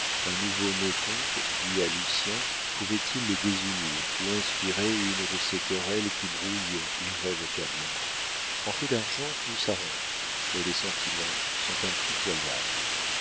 un nouveau mécompte dû à lucien pouvait-il les désunir ou inspirer une de ces querelles qui brouillent irrévocablement en fait d'argent tout s'arrange mais les sentiments sont impitoyables